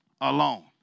alone